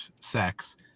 sex